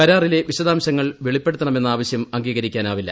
കരാറിലെ വിശദാംശങ്ങൾ വെളിപ്പെടുത്തണമെന്ന ആവശ്യം അംഗീകരിക്കാനാവില്ല